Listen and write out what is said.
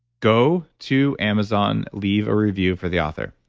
go to amazon, leave a review for the author.